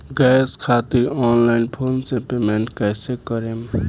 Gas खातिर online phone से payment कैसे करेम?